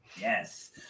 Yes